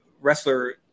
wrestler